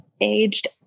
aged